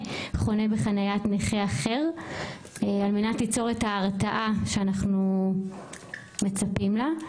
חונה בחניית נכה אחר על מנת ליצור את ההרתעה שאנחנו מצפים לה,